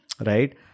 right